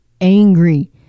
angry